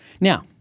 Now